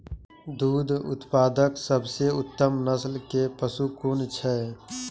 दुग्ध उत्पादक सबसे उत्तम नस्ल के पशु कुन छै?